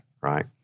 right